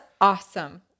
awesome